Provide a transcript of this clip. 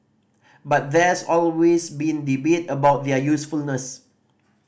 but there's always been debate about their usefulness